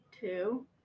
two